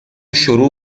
شروع